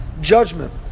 judgment